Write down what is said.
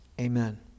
Amen